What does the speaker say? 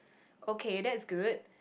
okay that's good